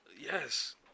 Yes